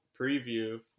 preview